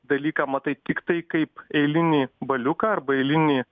dalyką matai tiktai kaip eilinį baliuką arba eilinį